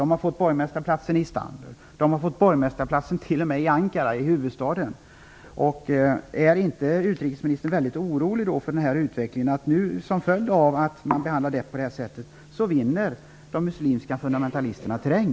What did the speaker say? Man har fått borgmästarplatsen i Istanbul, man har fått borgmästarplatsen till och med i Ankara, i huvudstaden. Är inte utrikesministern orolig för utvecklingen? Som följd av att man behandlar DEP på det här sättet vinner de muslimska fundamentalisterna terräng.